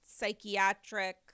psychiatric